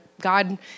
God